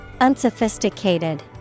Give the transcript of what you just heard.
Unsophisticated